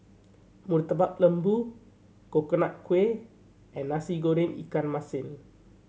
Murtabak Lembu Coconut Kuih and Nasi Goreng ikan masin